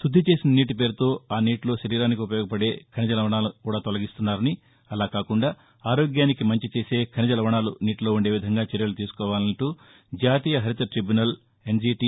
శుద్ది చేసిన నీటి పేరుతో ఆ నీటిలో శరీరానికి ఉపయోగపదే ఖనిజ లవణాలను కూడా తొలిగిస్తున్నారని అలా కాకుండా ఆరోగ్యానికి మంచి చేసే ఖనిజ లవణాలు నీటిలో ఉండే విధంగా చర్యలు తీసుకోవాలంటూ జాతీయ హరిత టిబ్యునల్ ఎన్జీటీ